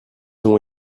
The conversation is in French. ont